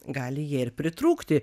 gali jie ir pritrūkti